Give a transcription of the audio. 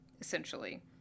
essentially